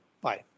Bye